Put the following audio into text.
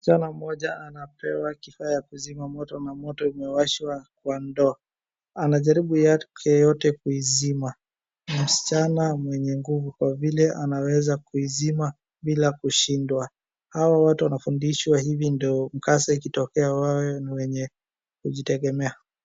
Msichana mmoja anapewa kifaa ya kuzima moto maanake imewashwa kwa ndoo. Anajaribu yake yote kuizima. Msichana mwenye nguvu kwa vile anaweza kuizima bila kushindwa. Hawa watu wanafundishwa hivi ndo mkasa ikitokea wawe ni wenye kujitegemea.